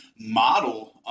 model